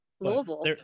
Louisville